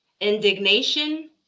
indignation